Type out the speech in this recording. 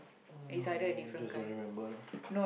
mm ya you just don't remember lah